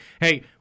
hey –